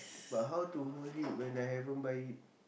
but how to hold it when I haven't buy it